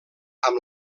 amb